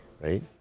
right